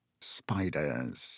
spiders